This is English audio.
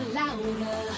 louder